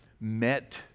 met